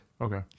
okay